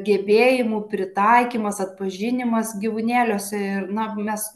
gebėjimų pritaikymas atpažinimas gyvūnėliuose ir na mes